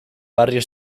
barrio